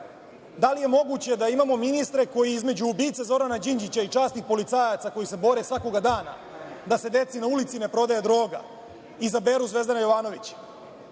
Da li je moguće da imamo ministre koji između ubice Zorana Đinđića i časnih policajaca koji se bore svakog dana da se deci na ulici ne prodaje droga, izaberu Zvezdana Jovanovića?